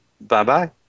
Bye-bye